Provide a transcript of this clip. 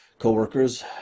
Co-workers